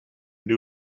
new